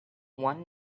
one